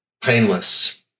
painless